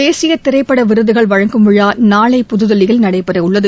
தேசிய திரைப்பட விருதுகள் வழங்கும் விழா நாளை புதுதில்லியில் நடைபெறவுள்ளது